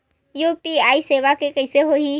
UPI सेवा के कइसे होही?